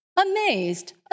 amazed